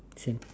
same